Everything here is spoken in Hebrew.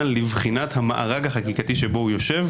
לבחינת המארג החקיקתי שבו הוא יושב,